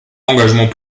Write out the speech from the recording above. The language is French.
engagement